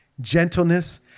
Gentleness